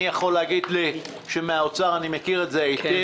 אני יכול להגיד שמתפקידי במשרד האוצר אני מכיר את זה היטב.